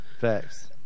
Facts